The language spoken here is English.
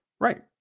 Right